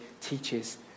teaches